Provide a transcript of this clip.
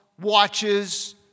watches